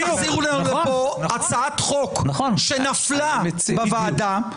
ולא תחזירו לנו לפה הצעת חוק שנפלה בוועדה.